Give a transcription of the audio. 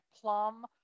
plum